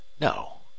No